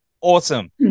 awesome